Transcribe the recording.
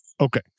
okay